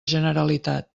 generalitat